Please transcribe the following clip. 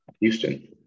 houston